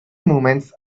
moment